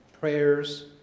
prayers